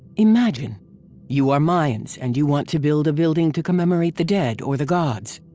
imagine you are mayans and you want to build a building to commemorate the dead or the gods.